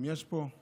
אם יש פה.